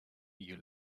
you